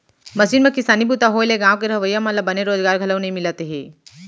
machine म किसानी बूता होए ले गॉंव के रहवइया मन ल बने रोजगार घलौ नइ मिलत हे